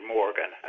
Morgan